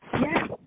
Yes